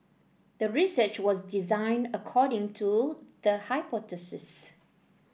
the research was designed according to the hypothesis